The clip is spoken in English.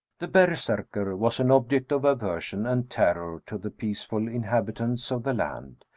the berserkr was an object of aversion and terror to the peaceful inhabitants of the land,